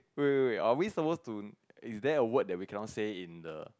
wait wait wait are we supposed to is there a word that we cannot say in the